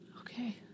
Okay